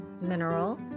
mineral